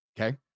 okay